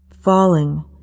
Falling